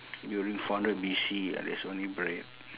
during four hundred B_C ah there's only bread